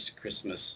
Christmas